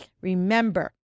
remember